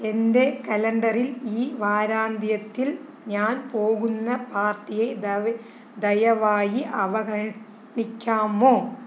എന്റെ കലണ്ടറിൽ ഈ വാരാന്ത്യത്തിൽ ഞാൻ പോകുന്ന പാർട്ടിയെ ദയവായി അവഗണിക്കാമോ